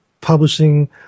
publishing